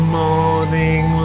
morning